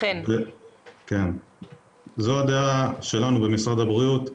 זו דעתנו במשרד הבריאות.